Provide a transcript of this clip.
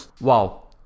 Wow